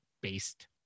based